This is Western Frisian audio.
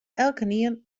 elkenien